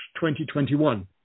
2021